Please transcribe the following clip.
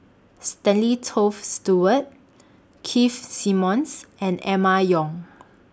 Stanley Toft Stewart Keith Simmons and Emma Yong